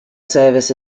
service